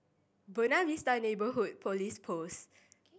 Buona Vista Neighbourhood Police Post